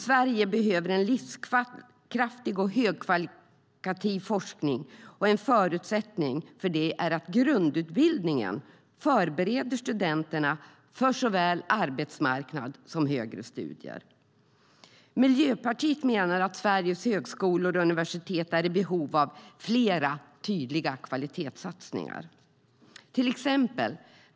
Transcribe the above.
Sverige behöver en livskraftig och högkvalitativ forskning, och en förutsättning för det är att grundutbildningen förbereder studenterna för såväl arbetsmarknad som högre studier. Miljöpartiet menar att Sveriges högskolor och universitet är i behov av flera tydliga kvalitetssatsningar.